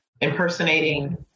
impersonating